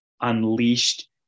unleashed